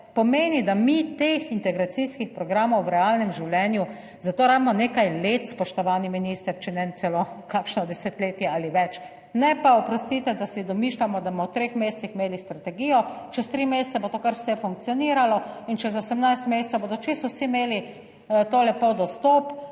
pomeni, da mi teh integracijskih programov v realnem življenju za to rabimo nekaj let, spoštovani minister, če ne celo kakšno desetletje ali več, ne pa, oprostite, da si domišljamo, da bomo v treh mesecih imeli strategijo, čez 3 mesece bo to kar vse funkcioniralo in čez 18 mesecev bodo čisto vsi imeli to lepo dostop